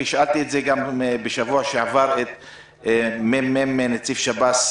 שאלתי את זה גם בשבוע שעבר את נציב שב"ס,